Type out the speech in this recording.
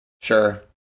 Sure